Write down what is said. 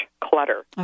clutter